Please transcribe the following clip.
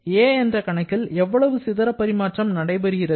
'a' என்ற கணக்கில் எவ்வளவு சிதற பரிமாற்றம் நடைபெறுகிறது